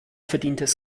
verdientes